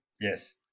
Yes